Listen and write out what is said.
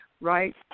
right